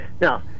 now